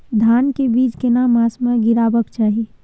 धान के बीज केना मास में गीरावक चाही?